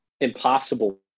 impossible